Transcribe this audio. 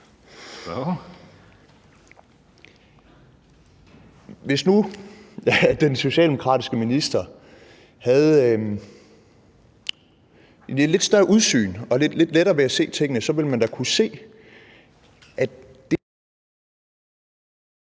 Hvis nu den socialdemokratiske minister havde et lidt større udsyn og lidt lettere ved at se tingene, så ville man da kunne se …